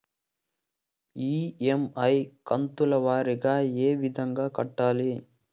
EMI కంతుల వారీగా ఏ విధంగా కట్టాలి